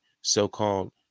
so-called